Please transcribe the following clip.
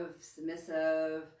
submissive